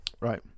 Right